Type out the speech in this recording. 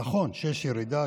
נכון שיש ירידה,